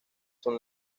son